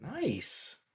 Nice